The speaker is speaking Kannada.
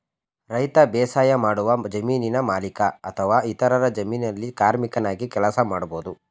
ರೈತ ಬೇಸಾಯಮಾಡುವ ಜಮೀನಿನ ಮಾಲೀಕ ಅಥವಾ ಇತರರ ಜಮೀನಲ್ಲಿ ಕಾರ್ಮಿಕನಾಗಿ ಕೆಲಸ ಮಾಡ್ಬೋದು